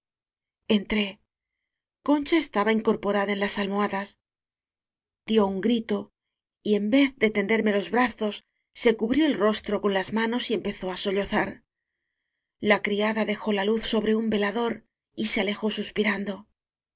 concha estaba incorporada en las almohadas dió un grito y en vez de tender me los brazos se cubrió el rostro con las manos y empezó á sollozar la criada dejó la luz sobre un velador y se alejó suspiran